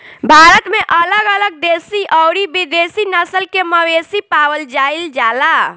भारत में अलग अलग देशी अउरी विदेशी नस्ल के मवेशी पावल जाइल जाला